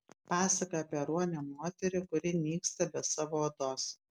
pasaka apie ruonę moterį kuri nyksta be savo odos